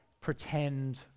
pretend